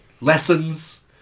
Lessons